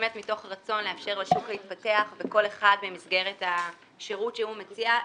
באמת מתוך רצון לאפשר לשוק להתפתח בכל אחד במסגרת שירות שהוא מציע,